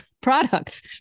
products